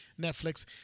Netflix